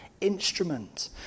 instrument